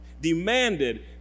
demanded